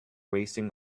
racing